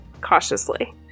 cautiously